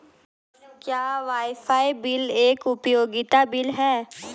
क्या wifi bill एक उपयोगिता बिल है?